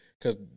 Cause